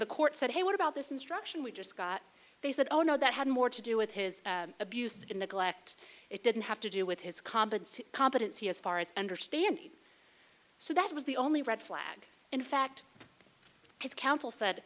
the court said hey what about this instruction we just got they said oh no that had more to do with his abuse and neglect it didn't have to do with his competency competency as far as i understand so that was the only red flag in fact his counsel said